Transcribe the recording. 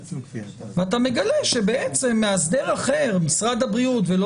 ואתה מגלה שמאסדר אחר משרד הבריאות ולא